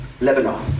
Lebanon